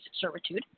servitude